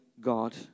God